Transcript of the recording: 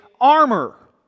armor